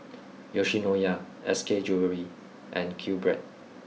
Yoshinoya S K Jewellery and Q Bread